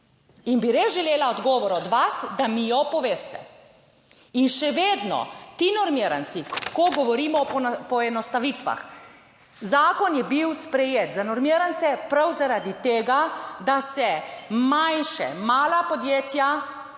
In bi res želela odgovor od vas, da mi jo poveste. In še vedno, ti normiranci, ko govorimo o poenostavitvah, zakon je bil sprejet za normirance prav zaradi tega, da se manjša mala podjetja in